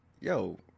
yo